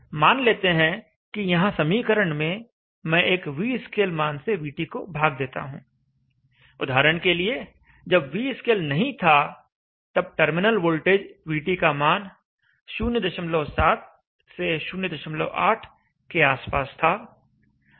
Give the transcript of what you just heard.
मान लेते हैं कि यहां समीकरण में मैं एक vscale मान से vT को भाग देता हूं उदाहरण के लिए जब vscale नहीं था तब टर्मिनल वोल्टेज vT का मान 07 से 08 के आसपास था